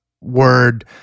word